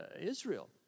Israel